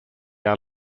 are